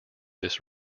this